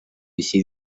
bizi